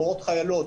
מורות חיילות,